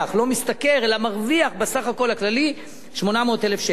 לא משתכר אלא מרוויח בסך הכול הכללי 800,000 שקלים.